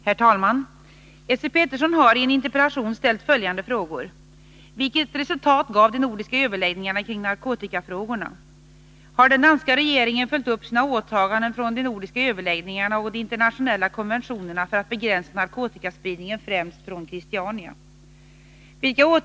Herr talman! Esse Petersson har i en interpellation ställt följande frågor: 2. Har den danska regeringen följt upp sina åtaganden från de nordiska överläggningarna och de internationella konventionerna för att begränsa narkotikaspridningen främst från Christiania? 4.